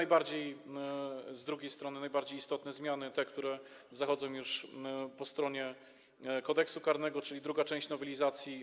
I te najbardziej istotne zmiany, które zachodzą już po stronie Kodeksu karnego, czyli druga część nowelizacji.